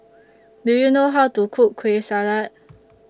Do YOU know How to Cook Kueh Salat